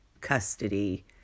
custody